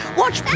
watch